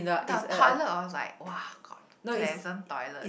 the tiler was like !wah! got pleasant toilet